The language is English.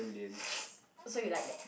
so you like that